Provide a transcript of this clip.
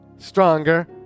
stronger